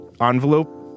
envelope